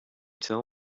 tell